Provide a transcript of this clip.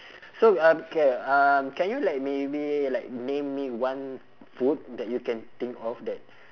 so uh K um can you like maybe like name me one food that you can think of that